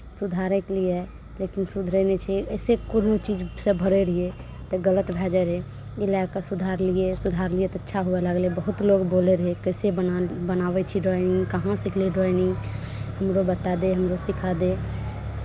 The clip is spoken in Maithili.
सुधारैके लिए लेकिन सुधरै नहि छै अइसे कोनो चीजसँ भरै रहियै तऽ गलत भए जाइ रहै ई लए कऽ सुधारलियै सुधारलियै तऽ अच्छा हुअए लागलै बहुत लोक बोलै रहै कैसे बना बनाबै छी ड्राइंग कहाँ सिखले ड्राइंग हमरो बता दे हमरो सिखा दे